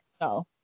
no